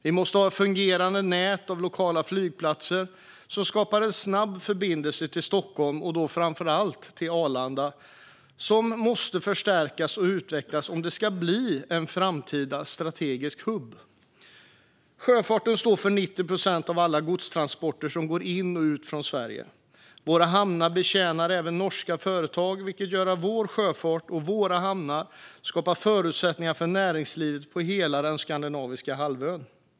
Vi måste ha ett fungerande nät av lokala flygplatser som skapar en snabb förbindelse till Stockholm och då framför allt till Arlanda, som måste förstärkas och utvecklas om det ska bli en framtida strategisk hubb. Sjöfarten står för 90 procent av alla godstransporter som går in i och ut ur Sverige. Våra hamnar betjänar även norska företag, vilket gör att vår sjöfart och våra hamnar skapar förutsättningar för näringslivet på hela den skandinaviska halvön.